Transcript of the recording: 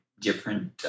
different